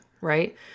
right